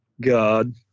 god